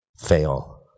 fail